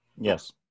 Yes